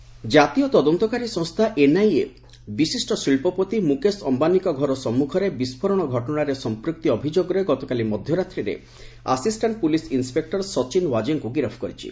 NIA Mukesh Ambani ଜାତୀୟ ତଦନ୍ତକାରୀ ସଂସ୍ଥା ଏନ୍ଆଇଏ ବିଶିଷ୍ଟ ଶିଳ୍ପପତି ମୁକେଶ ଅମ୍ଘାନୀଙ୍କ ଘର ସମ୍ମୁଖରେ ବିସ୍କୋରଣ ଘଟଣାରେ ସଂପୃକ୍ତି ଅଭିଯୋଗରେ ଗତକାଲି ମଧ୍ୟରାତ୍ରିରେ ଆସିଷ୍ଟାଣ୍ଟ ପୁଲିସ ଇନ୍ନପେକୁର ସଚିନ ୱାଜେଙ୍କୁ ଗିରଫ କରିଛି